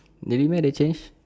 really meh they change